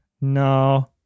no